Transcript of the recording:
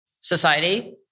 society